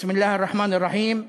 בסם אללה א-רחמאן א-רחים,